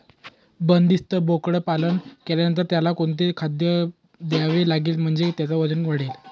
बंदिस्त बोकडपालन केल्यानंतर त्याला कोणते खाद्य द्यावे लागेल म्हणजे त्याचे वजन वाढेल?